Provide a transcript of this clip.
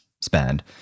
spend